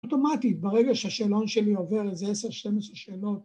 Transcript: ‫אוטומטית, ברגע שהשאלון שלי ‫עובר איזה 10-12 שאלות.